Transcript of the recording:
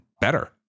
better